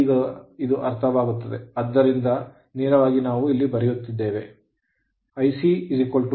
ಈಗ ಇದು ಅರ್ಥವಾಗುತ್ತದೆ ಆದ್ದರಿಂದ ನೇರವಾಗಿ ನಾವು ಬರೆಯುತ್ತಿದ್ದೇವೆ